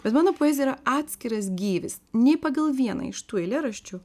bet mano poezija yra atskiras gyvis nei pagal vieną iš tų eilėraščių